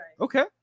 Okay